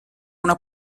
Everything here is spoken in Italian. una